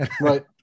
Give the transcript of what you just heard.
Right